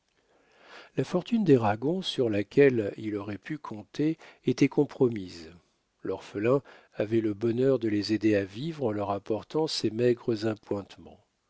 la fortune des ragon sur laquelle il aurait pu compter était compromise l'orphelin avait le bonheur de les aider à vivre en leur apportant ses maigres